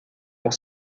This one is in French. pour